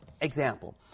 example